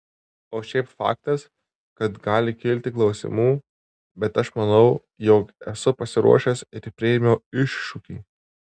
o šiaip faktas kad gali kilti klausimų bet aš manau jog esu pasiruošęs ir priėmiau iššūkį